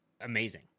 amazing